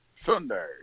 Sunday